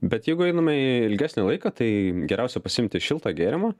bet jeigu einame ilgesnį laiką tai geriausia pasiimti šiltą gėrimą